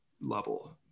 level